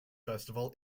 festival